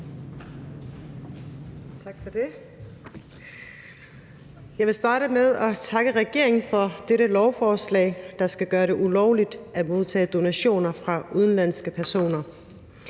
Tak for det. Jeg vil starte med at takke regeringen for dette lovforslag, der skal gøre det ulovligt at modtage donationer fra udenlandske personer,